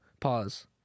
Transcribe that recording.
Pause